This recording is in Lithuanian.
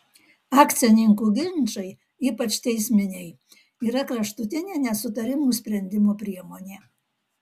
akcininkų ginčai ypač teisminiai yra kraštutinė nesutarimų sprendimo priemonė